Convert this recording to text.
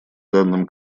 данным